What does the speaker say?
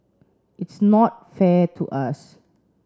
it's not fair to us